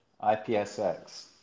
ipsx